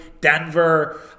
Denver